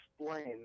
explain